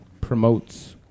promotes